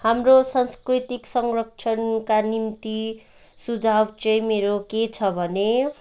हाम्रो सांस्कृतिक संरक्षणका निम्ति सुझाव चाहिँ मेरो के छ भने